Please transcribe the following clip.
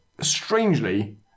Strangely